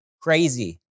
crazy